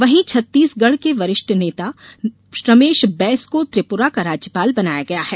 वहीं छत्तीसगढ़ के वरिष्ठ भाजपा नेता रमेश बैस को त्रिपुरा का राज्यपाल बनाया गया है